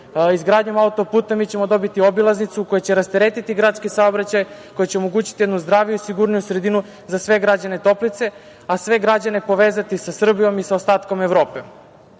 zagađenje. Izgradnjom auto-puta mi ćemo dobiti obilaznicu koja će rasteretiti gradski saobraćaj, koja će omogućiti jednu zdraviju i sigurniju sredinu za sve građane Toplice, a sve građane povezati sa Srbijom i sa ostatkom